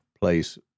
place